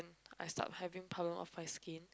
I start having problem on my skin